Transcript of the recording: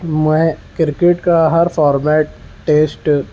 میں کرکٹ کا ہر فارمیٹ ٹیسٹ